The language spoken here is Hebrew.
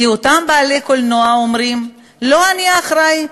כי אותם בעלי קולנוע אומרים: לא אני האחראי,